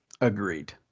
Agreed